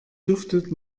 duftet